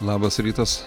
labas rytas